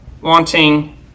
wanting